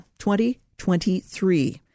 2023